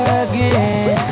again